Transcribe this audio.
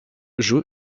joue